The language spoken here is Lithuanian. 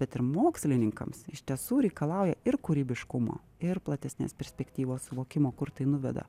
bet ir mokslininkams iš tiesų reikalauja ir kūrybiškumo ir platesnės perspektyvos suvokimo kur tai nuveda